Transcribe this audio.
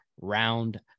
round